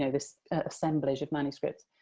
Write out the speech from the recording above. this assemblage of manuscripts.